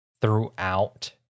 throughout